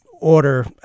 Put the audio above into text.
order